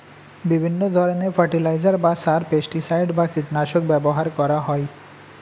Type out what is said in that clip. বিভিন্ন ধরণের ফার্টিলাইজার বা সার, পেস্টিসাইড বা কীটনাশক ব্যবহার করা হয়